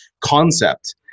concept